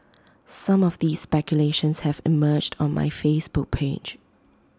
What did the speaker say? some of these speculations have emerged on my Facebook page